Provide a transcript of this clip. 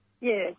Yes